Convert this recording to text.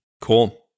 Cool